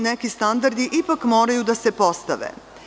Neki standardi ipak moraju da se postave.